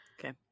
okay